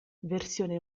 versione